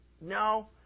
no